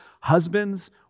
Husbands